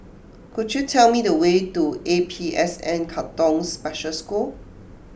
could you tell me the way to A P S N Katong Special School